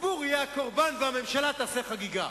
הציבור יהיה הקורבן והממשלה תעשה חגיגה.